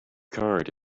card